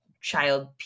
child